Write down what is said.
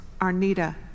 Arnita